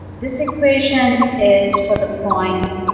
this equation is for the points.